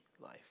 life